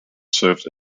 served